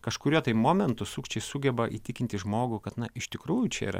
kažkuriuo tai momentu sukčiai sugeba įtikinti žmogų kad na iš tikrųjų čia yra